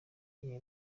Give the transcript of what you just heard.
gihe